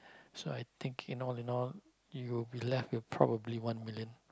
so I think in all in all you will be left with probably one million